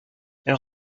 elles